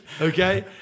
okay